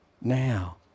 now